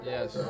Yes